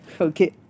Okay